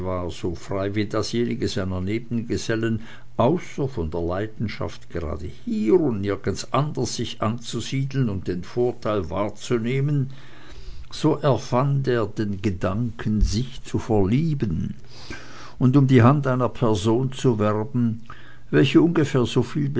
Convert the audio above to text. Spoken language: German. so frei wie dasjenige seiner nebengesellen außer von der leidenschaft gerade hier und nirgends anders sich anzusiedeln und den vorteil wahrzunehmen so erfand er den gedanken sich zu verlieben und um die hand einer person zu werben welche ungefähr